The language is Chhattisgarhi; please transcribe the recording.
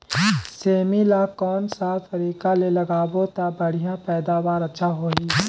सेमी ला कोन सा तरीका ले लगाबो ता बढ़िया पैदावार अच्छा होही?